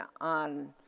on